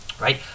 Right